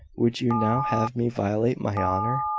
would you now have me violate my honour?